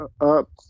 up